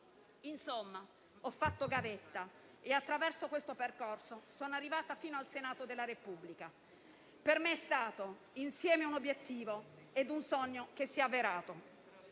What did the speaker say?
Insomma ho fatto gavetta e, attraverso questo percorso, sono arrivata fino al Senato della Repubblica. Per me è stato insieme un obiettivo ed un sogno che si è avverato.